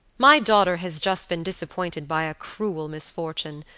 my daughter has just been disappointed by a cruel misfortune,